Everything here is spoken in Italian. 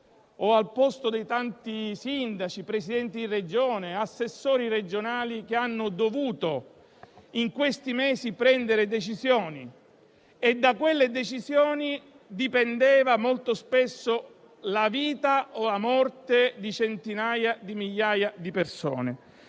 Speranza o dei tanti sindaci, Presidenti di Regione, assessori regionali che hanno dovuto, in questi mesi, prendere decisioni dalle quali dipendeva molto spesso la vita o la morte di centinaia di migliaia di persone.